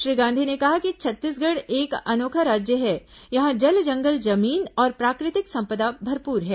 श्री गांधी ने कहा कि छत्तीसगढ़ एक अनोखा राज्य है यहां जल जंगल जमीन और प्राकृतिक संपदा भरपूर है